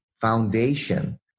foundation